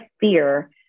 fear